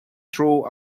throw